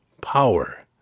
power